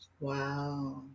Wow